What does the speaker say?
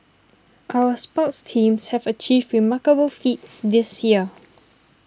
our sports teams have achieved remarkable feats this year